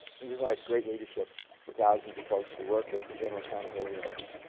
he provides great leadership for thousands of folks who work at the general accountability office.